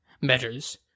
measures